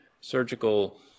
surgical